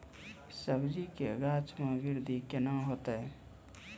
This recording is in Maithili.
सब्जी के गाछ मे बृद्धि कैना होतै?